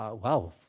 ah well,